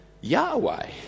Yahweh